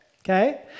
Okay